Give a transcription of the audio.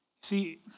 See